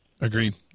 Agreed